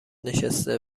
نشسته